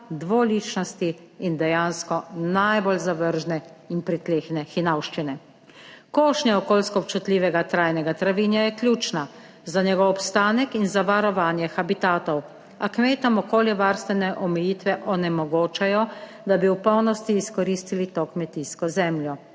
dvoličnosti in dejansko najbolj zavržne in pritlehne hinavščine. Košnja okoljsko občutljivega trajnega travinja je ključna za njegov obstanek in za varovanje habitatov, a kmetom okoljevarstvene omejitve onemogočajo, da bi v polnosti izkoristili to kmetijsko zemljo